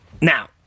Now